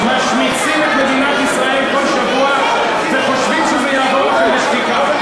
משמיצים את מדינת ישראל כל שבוע וחושבים שזה יעבור לכם בשתיקה.